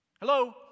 Hello